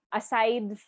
aside